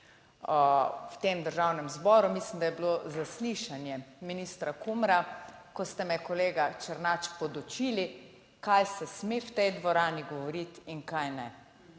v tem Državnem zboru, mislim, da je bilo zaslišanje ministra Kumra, ko ste me kolega Černač podučili kaj se sme v tej dvorani govoriti in kaj ne.